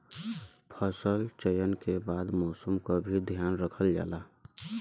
फसल चयन के बाद मौसम क भी ध्यान रखल जाला